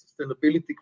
sustainability